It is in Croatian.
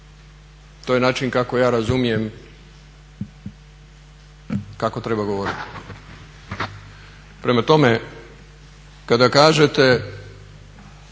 To je način kako ja razumijem kako treba govoriti. Prema tome, kada kažete